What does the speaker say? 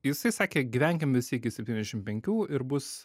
jisai sakė gyvenkim visi iki septyniasdešim penkių ir bus